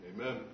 Amen